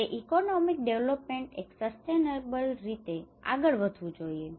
તે economic development એક sustainable રીતે આગળ વધવું જોઈએ